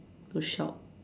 to shop